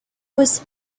was